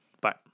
Bye